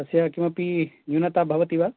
तस्याः किमपि न्यूनता भवति वा